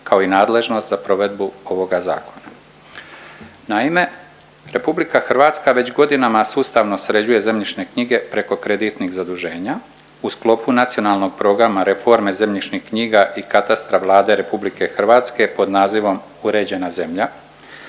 kao i nadležnost za provedbu ovoga zakona. Naime, Republika Hrvatska već godinama sustavno sređuje zemljišne knjige preko kreditnih zaduženja u sklopu Nacionalnog programa reforme zemljišnih knjiga i katastra Vlade Republike Hrvatske pod nazivom „Uređena zemlja“.